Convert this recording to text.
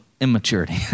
immaturity